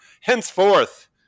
henceforth